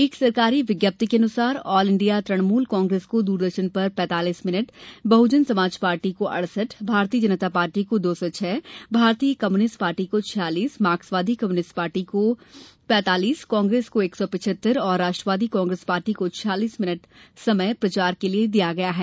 एक सरकारी विज्ञप्ति के अनुसार आल इण्डिया तृणमूल कांग्रेस को दूरदर्शन पर पैतालीस मिनट बहुजन समाज पार्टी को अड़सठ भारतीय जनता पार्टी को दो सौ छह भारतीय कम्युनिस्ट पार्टी को छियालीस मार्क्सवादी कम्युनिस्ट पार्टी को पैतालीस कांग्रेस को एक सौ पिचहत्तर और राष्ट्रवादी कांग्रेस पार्टी को छियालीस मिनट का समय प्रचार के लिए दिया गया है